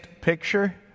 picture